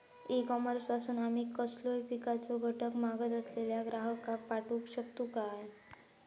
E commerce पासून आमी कसलोय पिकाचो घटक मागत असलेल्या ग्राहकाक पाठउक शकतू काय?